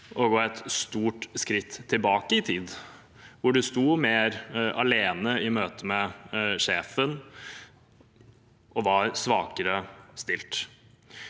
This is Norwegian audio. å gå et stort skritt tilbake i tid, hvor man sto mer alene i møte med sjefen og var svakere stilt.